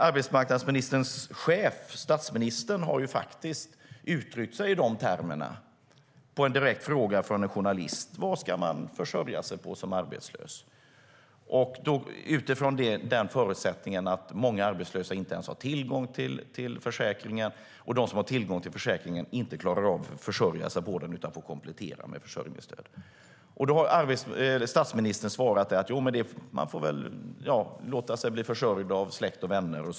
Arbetsmarknadsministerns chef, statsministern, har faktiskt uttryckt sig i dessa termer på en direkt fråga från en journalist om vad man som arbetslös ska försörja sig på, detta utifrån förutsättningen att många arbetslösa inte ens har tillgång till försäkringen. Och de som har tillgång till försäkringen klarar inte av att försörja sig på den utan får komplettera med försörjningsstöd. Statsministern har då svarat att man får låta sig bli försörjd av släkt och vänner.